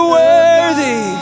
worthy